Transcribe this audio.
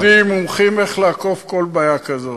אנחנו היהודים מומחים איך לעקוף כל בעיה כזאת,